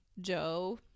Joe